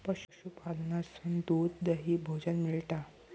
पशूपालनासून दूध, दही, भोजन मिळता